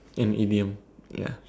ya the idiom ya